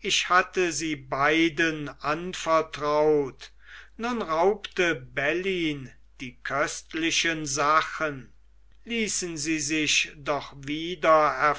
ich hatte sie beiden anvertraut nun raubte bellyn die köstlichen sachen ließen sie sich doch wieder